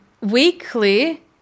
weekly